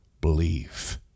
believe